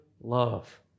love